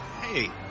Hey